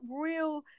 real